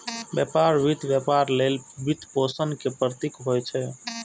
व्यापार वित्त व्यापार लेल वित्तपोषण के प्रतीक होइ छै